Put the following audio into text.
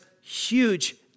huge